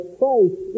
Christ